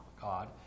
God